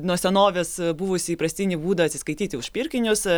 nuo senovės buvusį įprastinį būdą atsiskaityti už pirkinius